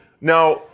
Now